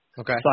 Okay